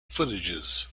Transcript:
footages